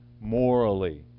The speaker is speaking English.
morally